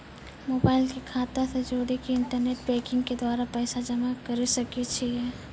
Mobile के खाता से जोड़ी के इंटरनेट बैंकिंग के द्वारा पैसा जमा करे सकय छियै?